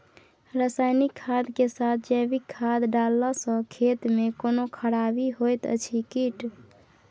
रसायनिक खाद के साथ जैविक खाद डालला सॅ खेत मे कोनो खराबी होयत अछि कीट?